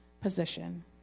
position